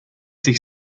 sich